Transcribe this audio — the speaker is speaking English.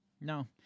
no